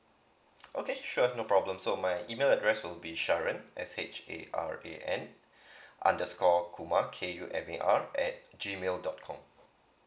okay sure no problem so my email address will be sharon s h a r e n underscore kumar k u m e r at G mail dot com